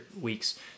weeks